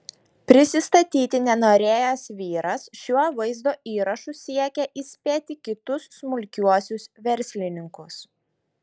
prisistatyti nenorėjęs vyras šiuo vaizdo įrašu siekia įspėti kitus smulkiuosius verslininkus